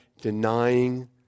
denying